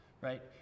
right